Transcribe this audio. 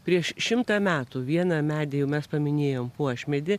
prieš šimtą metų vieną medį jau mes paminėjom puošmedį